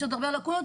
יש עוד הרבה לקונות,